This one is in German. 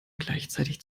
gleichzeitig